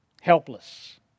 Helpless